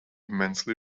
immensely